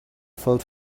filled